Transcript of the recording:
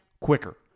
quicker